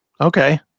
Okay